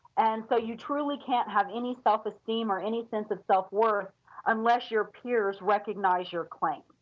and so you truly can't have any self-esteem or any sense of self-worth unless your peers recognize your claim.